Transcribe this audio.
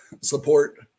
support